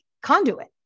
conduit